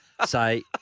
Say